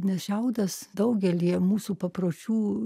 nes šiaudas daugelyje mūsų papročių